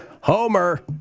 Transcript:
Homer